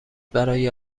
برای